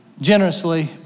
generously